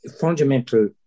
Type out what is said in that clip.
fundamental